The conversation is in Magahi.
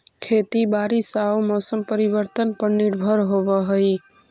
खेती बारिश आऊ मौसम परिवर्तन पर निर्भर होव हई